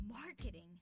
Marketing